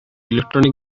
electronic